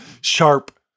Sharp